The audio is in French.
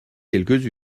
quelques